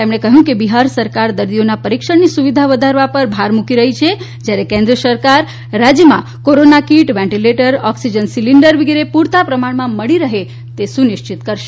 તેમણે કહ્યું કે બિહાર સરકાર દર્દીઓના પરીક્ષણની સુવિધાઓ વધારવા પર ભાર મૂકી રહી છે જ્યારે કેન્દ્ર સરકાર રાજ્યમાં corona kit ventilator oxygen cylinder વિગેરે પૂરતા પ્રમાણમાં મળી રહે તે સુનિશ્ચિત કરશે